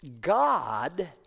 God